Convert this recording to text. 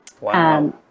Wow